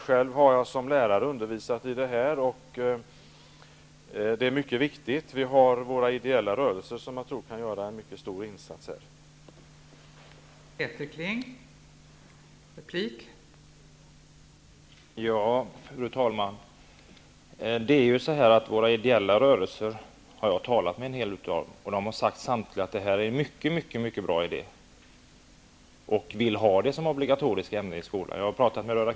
Själv har jag som lärare undervisat i frågorna, och de är mycket viktiga, men de ideella rörelserna kan göra en mycket stor insats på detta område.